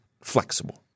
flexible